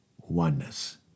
oneness